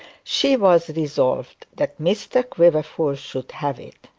she was resolved that mr quiverful should have it.